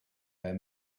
their